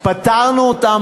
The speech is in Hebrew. פטרנו אותם